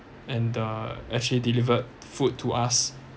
and uh actually delivered food to us